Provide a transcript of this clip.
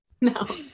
No